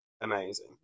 amazing